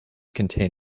contain